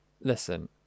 Listen